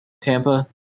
Tampa